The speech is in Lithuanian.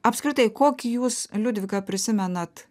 apskritai kokį jūs liudviką prisimenat